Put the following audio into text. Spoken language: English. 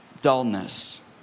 dullness